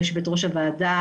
ליושבת ראש הוועדה,